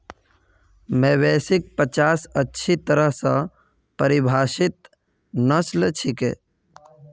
मवेशिक पचास अच्छी तरह स परिभाषित नस्ल छिके